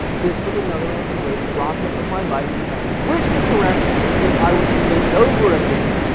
this was another of the great errata of my life, which i should wish to correct if i were to live it over again.